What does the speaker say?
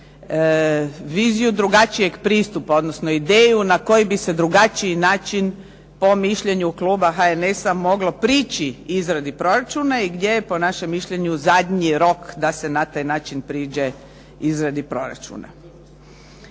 viziju drugačijeg pristupa, odnosno ideju na koji bi se drugačiji način po mišljenju kluba HNS-a moglo prići izradi proračuna i gdje je po našem mišljenju zadnji rok da se na taj način priđe izradi proračuna.